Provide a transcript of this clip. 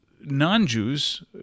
non-Jews